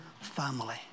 family